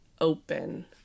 open